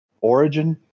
Origin